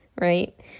right